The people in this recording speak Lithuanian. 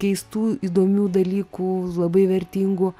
keistų įdomių dalykų labai vertingų